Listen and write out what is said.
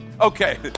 Okay